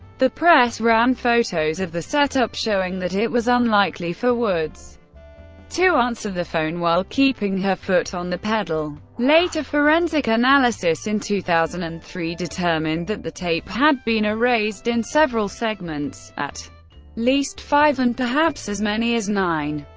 the press ran photos of the set-up, showing that it was unlikely for woods to answer the phone while keeping her foot on the pedal. later forensic analysis in two thousand and three determined that the tape had been erased in several segments at least five, and perhaps as many as nine.